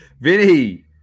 Vinny